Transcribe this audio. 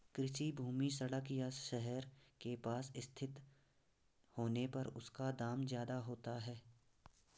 कृषि भूमि सड़क या शहर के पास स्थित होने पर उसका दाम ज्यादा होता है